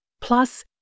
plus